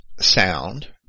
sound